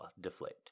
deflate